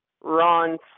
Ron